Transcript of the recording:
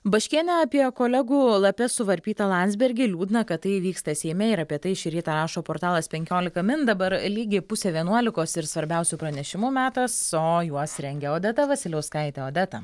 baškienė apie kolegų lape suvarpytą landsbergį liūdna kad tai vyksta seime ir apie tai šį rytą rašo portalas penkiolika min dabar lygiai pusė vienuolikos ir svarbiausių pranešimų metas o juos rengia odeta vasiliauskaitė odeta